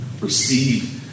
Receive